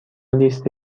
لیست